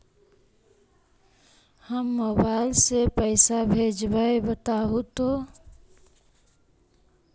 हम मोबाईल से पईसा भेजबई बताहु तो?